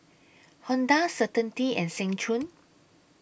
Honda Certainty and Seng Choon